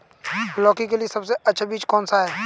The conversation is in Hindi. लौकी के लिए सबसे अच्छा बीज कौन सा है?